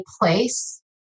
place